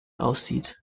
aussieht